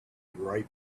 ripe